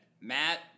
Matt